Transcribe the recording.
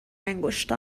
انگشت